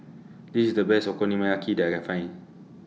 This IS The Best Okonomiyaki that I Can Find